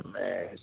man